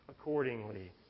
accordingly